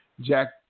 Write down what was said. Jack